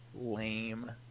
Lame